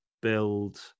build